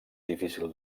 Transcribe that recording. difícil